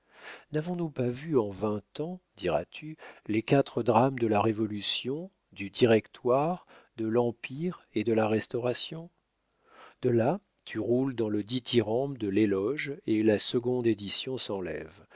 n'avons-nous pas vu en vingt ans diras-tu les quatre drames de la révolution du directoire de l'empire et de la restauration de là tu roules dans le dithyrambe de l'éloge et la seconde édition s'enlève